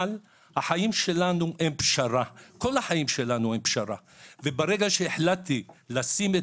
אבל החיים שלנו הם פשרה וברגע שהחלטתי לשים את